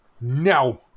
no